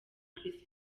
chris